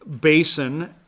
basin